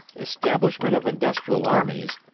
establishment of industrial armies,